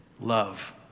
love